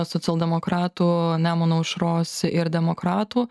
socialdemokratų nemuno aušros ir demokratų